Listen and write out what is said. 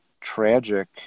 tragic